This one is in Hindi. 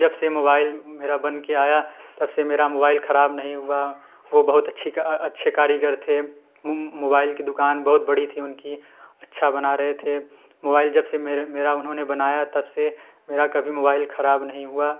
जब से मोबाइल मेरा बन कर आया तब से मेरा मोबाइल ख़राब नहीं हुआ वह बहुत अच्छी अच्छे कारीगर थे मोबाइल की दुकान बहुत बड़ी थी उनकी अच्छा बना रहे थे मोबाइल जब से मेरे मेरा उन्होने बनाया तब से मेरा कभी मोबाइल ख़राब नही हुआ